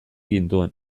gintuen